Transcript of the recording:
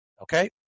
Okay